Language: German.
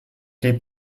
lebt